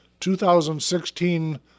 2016